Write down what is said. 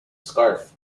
scarf